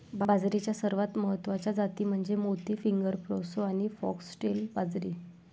बाजरीच्या सर्वात महत्वाच्या जाती म्हणजे मोती, फिंगर, प्रोसो आणि फॉक्सटेल बाजरी